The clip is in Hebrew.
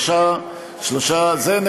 מי זה?